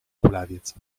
kulawiec